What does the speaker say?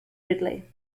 ridley